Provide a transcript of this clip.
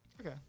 Okay